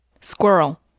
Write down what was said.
Squirrel